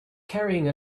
carrying